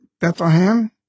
Bethlehem